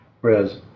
Whereas